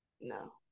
No